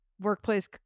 workplace